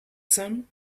sun